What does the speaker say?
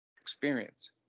experience